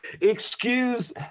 excuse